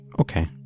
Okay